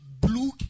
blue